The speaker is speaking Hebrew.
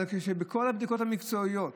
אבל בכל הבדיקות המקצועיות